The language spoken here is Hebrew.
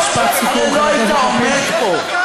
משפט סיכום, חבר הכנסת לפיד.